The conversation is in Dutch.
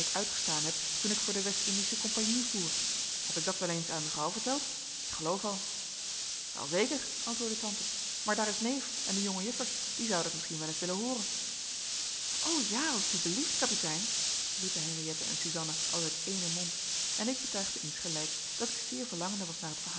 uitgestaan heb toen ik voor de west-indische compagnie voer heb ik dat wel eens aan mevrouw verteld ik geloof al welzeker antwoordde tante maar daar is neef en de jonge juffers die zouden het misschien wel eens willen hooren o ja als t u belieft kapitein riepen henriëtte en suzanna als uit éénen mond en ik betuigde insgelijks dat ik zeer verlangende was naar het verhaal